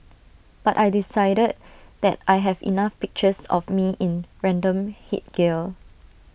but I decided that I have enough pictures of me in random headgear